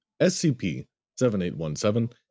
SCP-7817